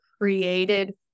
created